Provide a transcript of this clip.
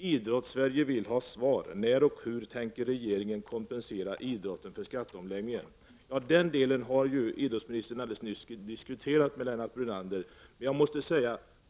—-—-— Idrottssverige vill ha svar. När och hur tänker regeringen kompensera idrotten för effekten av skatteomläggningen ?” Den sistnämnda frågan har idrottsministern alldeles nyss diskuterat med Lennart Brunander.